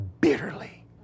bitterly